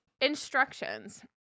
Instructions